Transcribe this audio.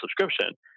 subscription